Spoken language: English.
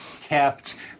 kept